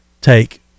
take